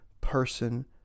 person